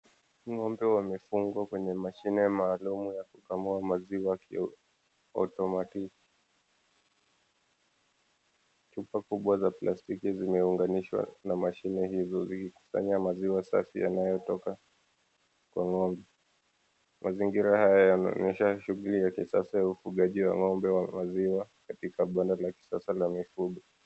Ng'ombe wamefungwa kwenye mashine maalumu ya kukamua maziwa kiautomatiki. Chupa kubwa za plastiki zimeunganishwa na mashine hizo zikikusanya maziwa safi yanayotoka kwa ng'ombe. Mazingira haya yanaonyesha shughuli ya kisasa ya ufugaji wa ng'ombe wa maziwa katika banda la kisasa 𝑙a mifugo.